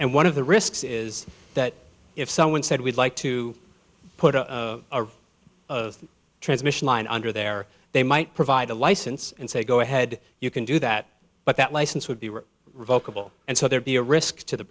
and one of the risks is that if someone said we'd like to put a transmission line under there they might provide a license and say go ahead you can do that but that license would be revokable and so there'd be a risk to the